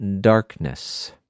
darkness